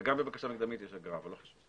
גם בבקשה מקדמית יש אגרה, אבל לא חשוב.